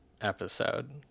episode